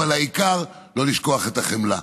אבל העיקר לא לשכוח את החמלה.